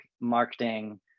marketing